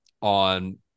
on